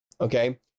Okay